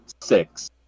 six